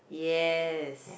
yes